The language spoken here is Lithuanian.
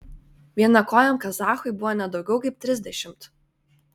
vienakojam kazachui buvo ne daugiau kaip trisdešimt